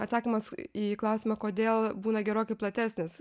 atsakymas į klausimą kodėl būna gerokai platesnis